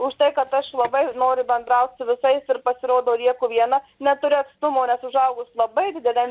už tai kad aš labai noriu bendraut su visais ir pasirodo lieku viena neturiu atstumo nes užaugus labai dideliam